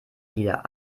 wieder